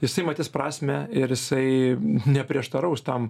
jisai matys prasmę ir jisai neprieštaraus tam